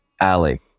alley